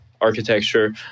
architecture